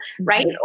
right